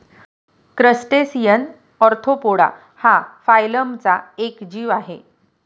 crustacean arthropoda हा फायलमचा एक जीव आहे